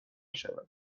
شود